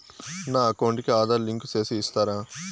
నా అకౌంట్ కు ఆధార్ లింకు సేసి ఇస్తారా?